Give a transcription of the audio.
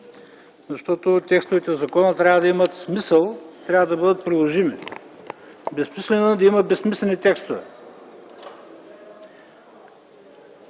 защото текстовете в закона трябва да имат смисъл, трябва да бъдат приложими. Безсмислено е да има безсмислени текстове.